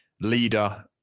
leader